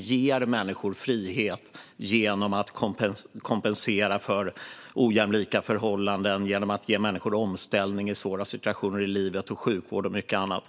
Den ger människor frihet genom att kompensera för ojämlika förhållanden, ge möjlighet till omställning i svåra situationer i livet, erbjuda sjukvård och mycket annat.